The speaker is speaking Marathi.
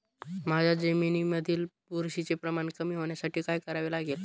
माझ्या जमिनीमधील बुरशीचे प्रमाण कमी होण्यासाठी काय करावे लागेल?